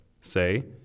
Say